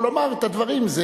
יכול לומר את הדברים.